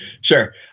Sure